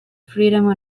freedom